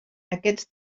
aquests